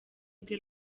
rwe